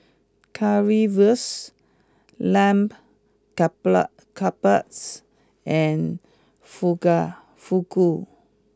Currywurst Lamb Kebabs and Fuga Fugu